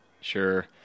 Sure